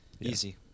easy